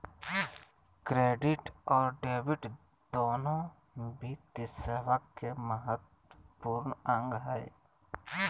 credit और debit दोनो वित्तीय सेवा के महत्त्वपूर्ण अंग हय